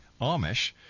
Amish